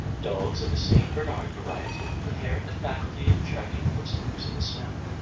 dogs of the st. bernard variety inherit the faculty of tracking footsteps in the snow.